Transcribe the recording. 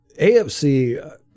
AFC